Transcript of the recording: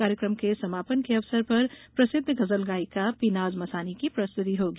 कार्यक्रम के समापन अवसर पर प्रसिद्ध गज़ल गायिका पीनाज मसानी की प्रस्तुति होगी